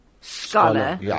scholar